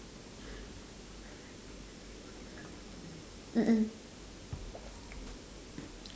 mmhmm